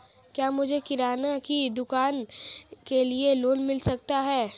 क्या मुझे किराना की दुकान के लिए लोंन मिल सकता है?